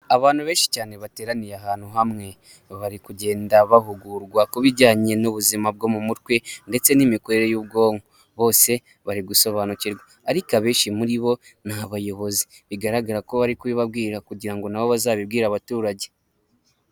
Abantu benshi cyane bateraniye ahantu hamwe bari kugenda bahugurwa ku bijyanye n'ubuzima bwo mu mutwe ndetse n'imikorere y'ubwonko, bose bari gusobanukirwa ariko abenshi muri bo ni abayobozi bigaragara ko bari kubibabwira kugira ngo nabo bazabibwire abaturage.